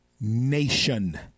nation